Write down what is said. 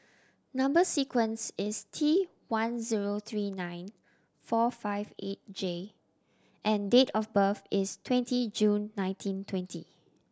number sequence is T one zero three nine four five eight J and date of birth is twenty June nineteen twenty